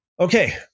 Okay